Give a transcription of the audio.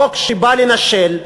חוק שבא לנשל,